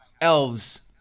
elves